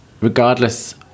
regardless